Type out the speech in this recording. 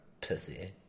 pussy